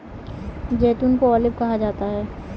जैतून को ऑलिव कहा जाता है